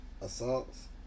assaults